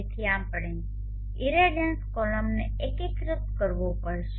તેથી આપણે ઇરેડિયન્સ કોલમને એકીકૃત કરવો પડશે